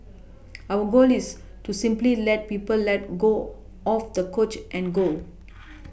our goal is to simply let people let got off the couch and go